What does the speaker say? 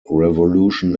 revolution